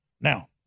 Now